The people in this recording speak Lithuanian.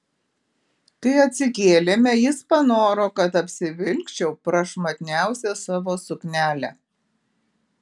kai atsikėlėme jis panoro kad apsivilkčiau prašmatniausią savo suknelę